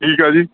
ਠੀਕ ਹੈ ਜੀ